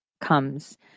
comes